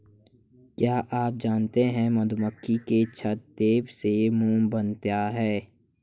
क्या आप जानते है मधुमक्खी के छत्ते से मोम बनता है